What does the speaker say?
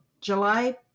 July